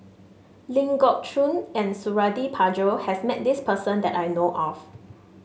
Ling Geok Choon and Suradi Parjo has met this person that I know of